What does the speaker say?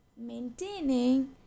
maintaining